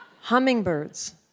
Hummingbirds